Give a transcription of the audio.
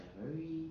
they're very